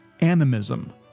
animism